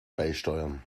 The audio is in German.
beisteuern